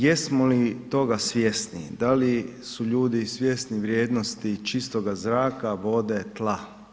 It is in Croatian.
Jesmo li toga svjesni, da li su ljudi svjesni vrijednosti čistoga zraka, vode, tla?